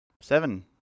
seven